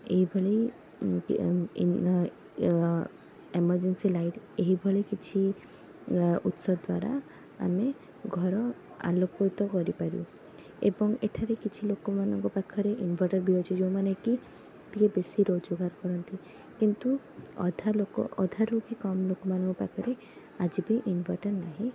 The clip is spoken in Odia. ଏଇଭଳି ଏମରଜେନ୍ସି ଲାଇଟ ଏହିଭଳି କିଛି ଉତ୍ସ ଦ୍ଵାରା ଆମେ ଘର ଆଲୋକିତ କରିପାରୁ ଏବଂ ଏଠାରେ କିଛି ଲୋକମାନଙ୍କ ପାଖରେ ଇନଭଟର ବି ଅଛି ଯେଉଁମାନେ କି ଟିକେ ବେଶି ରୋଜଗାର କରନ୍ତି କିନ୍ତୁ ଅଧା ଲୋକ ଅଧାରୁ ହିଁ କମ୍ ଲୋକମାନଙ୍କ ପାଖରେ ଆଜି ବି ଇନଭଟର ନାହିଁ